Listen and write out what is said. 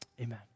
Amen